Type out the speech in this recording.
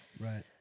Right